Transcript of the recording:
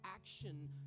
action